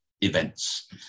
events